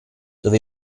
dove